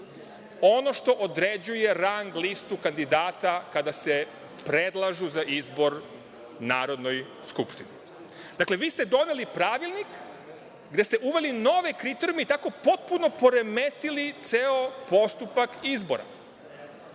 ono što određuje rang listu kandidata kada se predlažu za izbor Narodnoj skupštini. Dakle, vi ste doneli pravilnik gde ste uveli nove kriterijume i tako potpuno poremetili ceo postupak izbora.